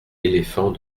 éléphants